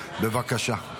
בבקשה.